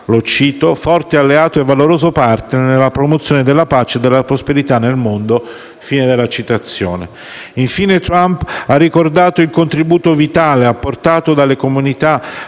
definita «forte alleato e valoroso *partner* nella promozione della pace e della prosperità nel mondo». Infine Trump ha ricordato il contributo vitale apportato dalla comunità